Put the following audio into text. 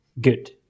good